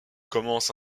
commence